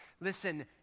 Listen